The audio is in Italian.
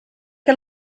che